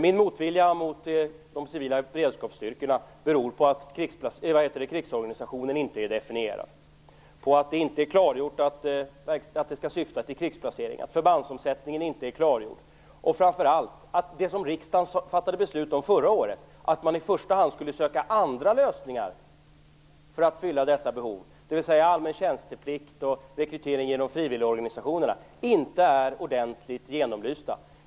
Min motvilja mot de civila beredskapsstyrkorna beror på att krigsorganisationen inte är definierad, på att det inte är klargjort att det skall syfta till krigsplacering, att förbandsomsättningen inte är klargjord och framför allt på att det som riksdagen fattade beslut om förra året - att man i första hand skulle söka andra lösningar för att fylla dessa behov, dvs. allmän tjänsteplikt och rekrytering genom frivilligorganisationerna - inte är ordentligt genomlyst.